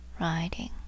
riding